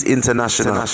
International